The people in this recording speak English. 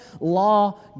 law